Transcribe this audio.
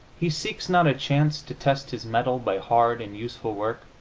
he seeks, not a chance to test his mettle by hard and useful work,